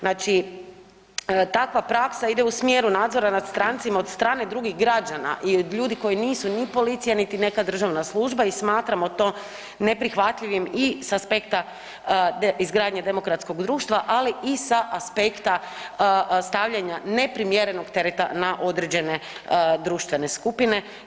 Znači, takva praksa ide u smjeru nadzora nad strancima od strane drugih građana i ljudi koji nisu ni policija, niti neka državna služba i smatramo to neprihvatljivim i s aspekta izgradnje demokratskog društva, ali i sa aspekta stavljanja neprimjerenog tereta na određene društvene skupine.